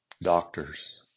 doctors